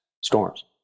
storms